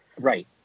Right